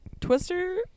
Twister